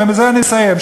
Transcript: ובזה אני מסיים.